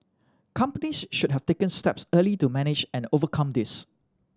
companies should have taken steps early to manage and overcome this